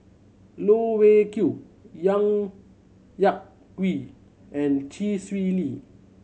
Loh Wei Kiew Yak Whee and Chee Swee Lee